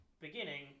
beginning